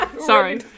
Sorry